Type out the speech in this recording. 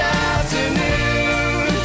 afternoon